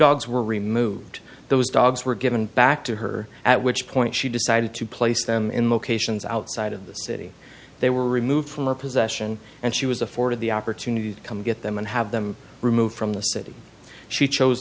dogs were removed those dogs were given back to her at which point she decided to place them in locations outside of the city they were removed from her possession and she was afforded the opportunity to come get them and have them removed from the city she chose